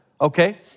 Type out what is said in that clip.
Okay